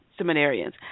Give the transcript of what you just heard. seminarians